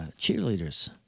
cheerleaders